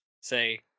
say